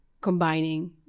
combining